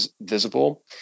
visible